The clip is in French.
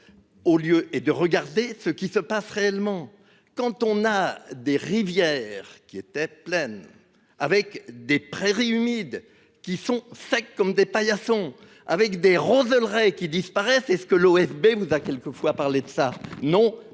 Au lieu et de regarder ce qui se passe réellement. Quand on a des rivières qui était pleine avec des prairies humides qui sont secs comme des paillassons avec des roses qui disparaissent. Est ce que l'OFB vous à quelques fois parler de ça non